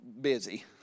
busy